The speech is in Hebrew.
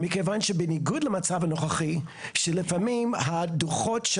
מכיוון שבניגוד למצב הנוכחי שלפעמים הדוחות של